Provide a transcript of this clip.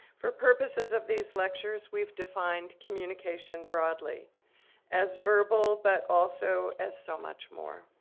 for purposes of these lectures we've defined communication broadly as verbal, but also as so much more,